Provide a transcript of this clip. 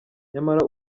nyamara